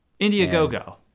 Indiegogo